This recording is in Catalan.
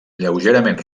lleugerament